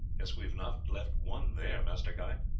yes, we have not left one there, master guy.